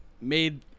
made